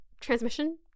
transmission